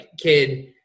kid